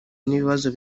n’ibibazo